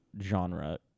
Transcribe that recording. genre